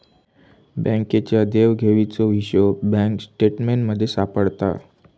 बँकेच्या देवघेवीचो हिशोब बँक स्टेटमेंटमध्ये सापडता